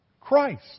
Christ